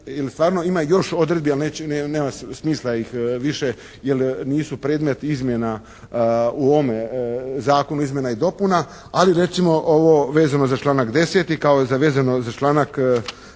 ima odredbi ali nema smisla više ih, jer nisu predmet izmjena u ovome zakonu, izmjena i dopuna. Ali recimo ovo vezano za članak 10., kao i vezano za članak